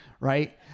right